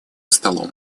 столом